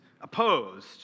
opposed